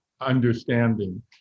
understanding